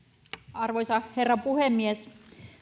arvoisa herra puhemies